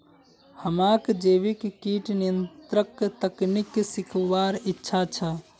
हमाक जैविक कीट नियंत्रण तकनीक सीखवार इच्छा छ